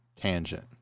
tangent